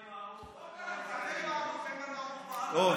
טוב.